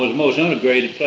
most integrated place